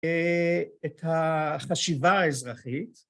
‫את החשיבה האזרחית.